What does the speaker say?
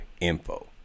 info